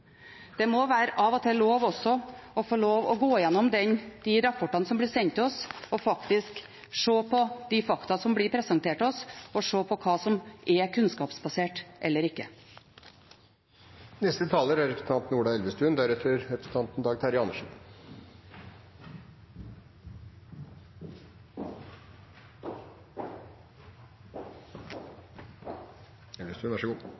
Det må av og til være lov til også å få gå gjennom de rapportene som blir sendt oss, og faktisk se på de fakta som blir presentert for oss, og på hva som er kunnskapsbasert og ikke. Jeg synes det er